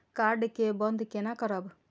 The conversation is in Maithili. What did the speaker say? कार्ड के बन्द केना करब?